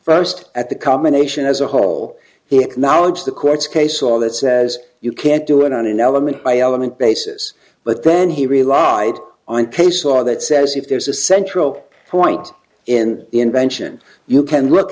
first at the combination as a whole he acknowledged the court's case all that says you can't do it on an element by element basis but then he relied on case law that says if there's a central point in invention you can look